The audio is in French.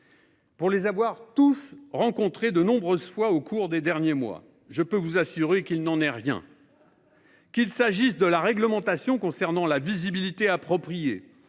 Pour les avoir tous rencontrés de nombreuses fois au cours des derniers mois, je puis vous assurer qu'il n'en est rien. Qu'il s'agisse de la réglementation concernant la visibilité appropriée,